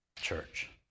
church